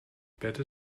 better